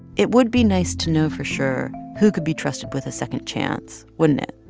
it would be nice to know for sure who could be trusted with a second chance, wouldn't it?